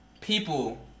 people